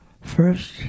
first